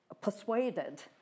persuaded